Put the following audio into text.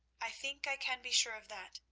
i think i can be sure of that,